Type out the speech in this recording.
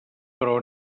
però